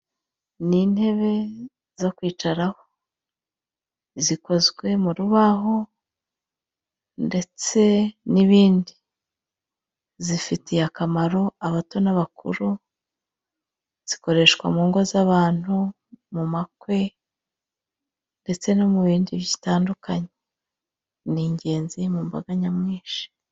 Ni intebe zo kwicaraho zikozwe mu rubaho ndetse n'ibindi, zifitiye akamaro abato n'abakuru zikoreshwa mu ngo z'abantu, mu makwe ndetse no mu bindi bitandukanye, ni ingenzi mu mbaga nyamwinshi.